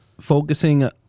focusing